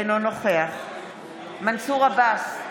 אינו נוכח מנסור עבאס,